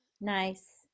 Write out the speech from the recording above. Nice